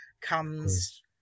comes